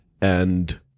and-